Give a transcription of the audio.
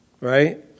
right